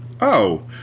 Oh